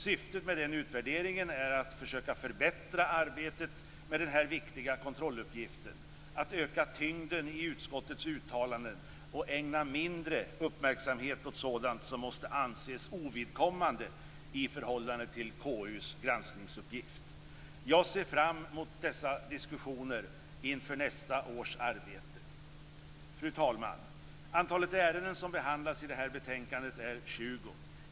Syftet med den utvärderingen är att försöka förbättra arbetet med denna viktiga kontrolluppgift, att öka tyngden i utskottets uttalanden och ägna mindre uppmärksamhet åt sådant som måste anses ovidkommande i förhållande till Jag ser fram mot dessa diskussioner inför nästa års arbete. Fru talman! Antalet ärenden som behandlas i detta betänkande är 20.